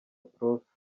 prof